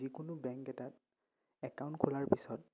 যিকোনো বেংক এটাত একাউণ্ট খোলাৰ পিছত